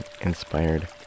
inspired